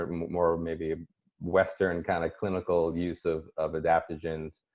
more maybe western kind of clinical use of of adaptogens.